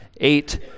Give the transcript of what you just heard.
eight